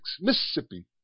Mississippi